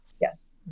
Yes